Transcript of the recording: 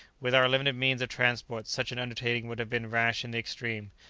with our limited means of transport such an undertaking would have been rash in the extreme.